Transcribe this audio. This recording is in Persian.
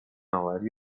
آوری